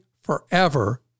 forever